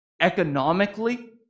Economically